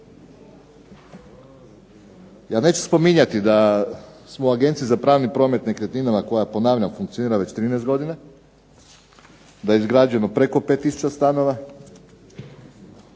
Ja neću spominjati da smo u Agenciji za pravni promet nekretninama koja, ponavljam, funkcionira već 13 godina, da je izgrađeno preko 5 tisuća stanova,